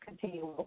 continue